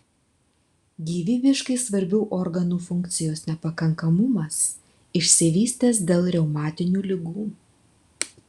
gyvybiškai svarbių organų funkcijos nepakankamumas išsivystęs dėl reumatinių ligų